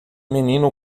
menino